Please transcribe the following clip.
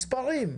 מספרים.